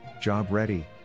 job-ready